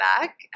back